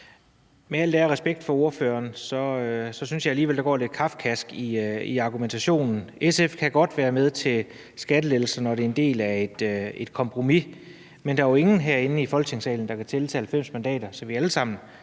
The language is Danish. Med al ære og respekt for ordføreren synes jeg alligevel, argumentationen er lidt kafkask. SF kan godt være med til skattelettelser, når det er en del af et kompromis, men der er jo ingen herinde i Folketingssalen, der kan tælle 90 mandater. Så vi laver